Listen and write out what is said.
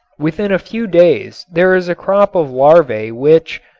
within a few days there is a crop of larvae which,